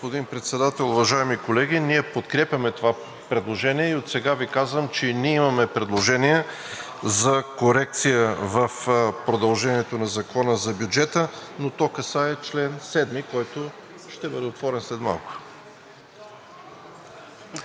Господин Председател, уважаеми колеги! Ние подкрепяме това предложение и отсега Ви казвам, че и ние имаме предложение за корекция в продължението на Закона за бюджета, но касае чл. 7, който ще бъде отворен след малко.